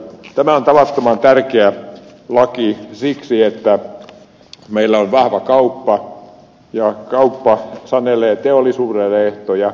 tämä on tavattoman tärkeä laki siksi että meillä on vahva kauppa ja kauppa sanelee teollisuudelle ehtoja